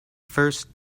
first